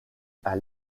par